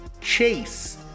Chase